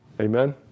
Amen